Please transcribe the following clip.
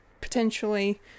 potentially